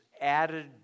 added